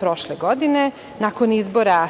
prošle godine. Nakon izbora